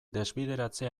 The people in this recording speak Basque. desbideratze